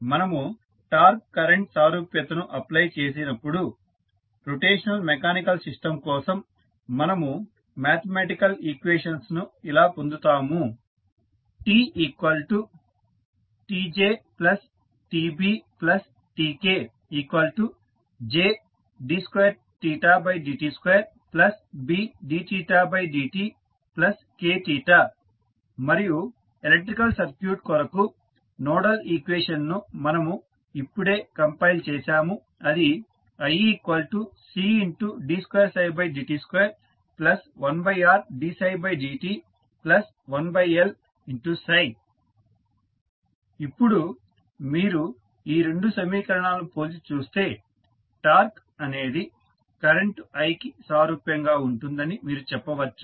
మనము torque current సారూప్యతను apply చేసినప్పుడు రొటేషనల్ మెకానికల్ సిస్టం కోసం మనము మ్యాథమెటికల్ ఈక్వేషన్స్ ఇలా పొందుతాము T TJTBTK Jd2dt2 Bdθdt kθ మరియు ఎలక్ట్రికల్ సర్క్యూట్ కొరకు నోడల్ ఈక్వేషన్ ను మనము ఇప్పుడే కంపైల్ చేసాము అది iCd2dt21Rdψdt1Lψ ఇప్పుడు మీరు ఈ రెండు సమీకరణాలను పోల్చి చూస్తే టార్క్ అనేది కరెంటు i కి సారూప్యంగా ఉంటుందని మీరు చెప్పవచ్చు